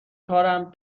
کارم